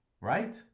Right